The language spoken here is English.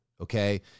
okay